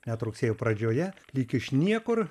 net rugsėjo pradžioje lyg iš niekur